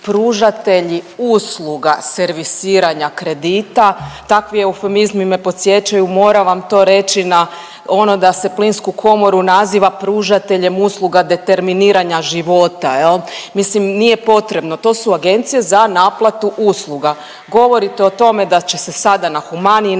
pružatelji usluga servisiranja kredita, takvi eufemizmi me podsjećaju, moram vam to reći, na ono da se plinsku komoru naziva pružateljem usluga determiniranja života jel, mislim nije potrebno, to su agencije za naplatu usluga, govorite o tome da će se sada na humaniji